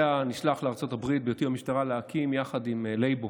בהיותי במשטרה אני נשלח לארצות הברית להקים יחד עם לייבו